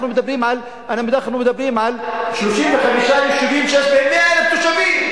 אנחנו מדברים על 35 יישובים שיש בהם 100,000 תושבים.